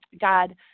God